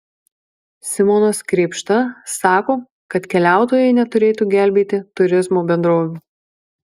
simonas krėpšta sako kad keliautojai neturėtų gelbėti turizmo bendrovių